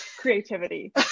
creativity